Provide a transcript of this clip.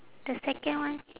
the second one